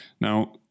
Now